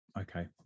okay